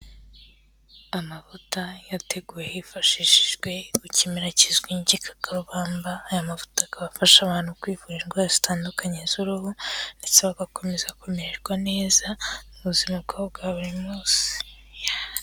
Amavuta yateguwe hifashishijwe ikimerara kizwi nk'igikakarubamba, aya mavuta akaba afasha abantu kwivura indwara zitandukanye z'uruhu, ndetse bagakomeza kumererwa neza mu buzima bwabo bwa buri munsi.